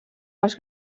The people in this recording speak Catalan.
dels